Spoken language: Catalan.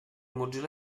mozilla